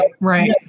Right